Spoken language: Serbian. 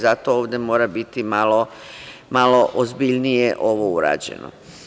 Zato ovde mora biti malo ozbiljnije ovo urađeno.